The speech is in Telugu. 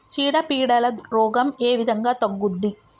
చీడ పీడల రోగం ఏ విధంగా తగ్గుద్ది?